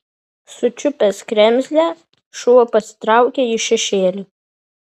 sučiupęs kremzlę šuo pasitraukė į šešėlį